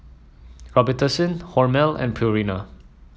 Robitussin Hormel and Purina